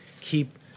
keep